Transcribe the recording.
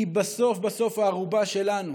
כי בסוף הערובה שלנו